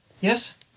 yes